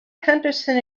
henderson